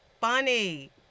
funny